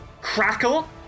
crackle